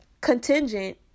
contingent